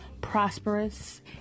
prosperous